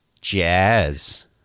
Jazz